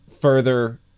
further